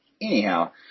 Anyhow